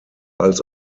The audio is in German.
als